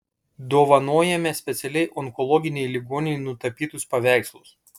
dovanojame specialiai onkologinei ligoninei nutapytus paveikslus